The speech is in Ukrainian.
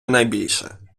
найбільше